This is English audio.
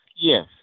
Yes